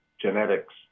genetics